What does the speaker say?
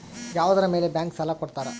ಯಾವುದರ ಮೇಲೆ ಬ್ಯಾಂಕ್ ಸಾಲ ಕೊಡ್ತಾರ?